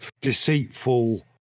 deceitful